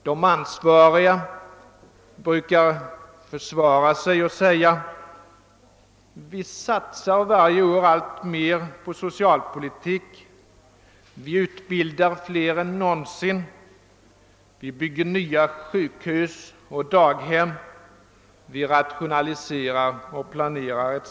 De ansvariga brukar försvara sig med att säga att vi varje år satsar alltmer på socialpolitik, vi utbildar fler människor än någonsin, vi bygger nya sjukhus och daghem, vi rationaliserar och planerar etc.